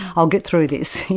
i'll get through this.